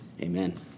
Amen